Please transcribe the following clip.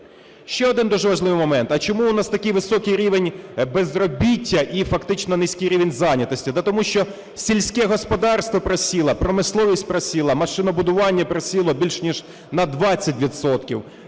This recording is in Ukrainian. Ще один дуже важливий момент. А чому у нас такий високий рівень безробіття і фактично низький рівень зайнятості? Та тому, що сільське господарство просіло, промисловість просіла, машинобудування просіло більше ніж на 20